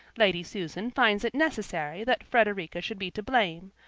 lady susan finds it necessary that frederica should be to blame,